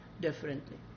differently